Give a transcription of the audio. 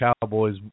Cowboys